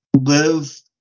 live